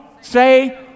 say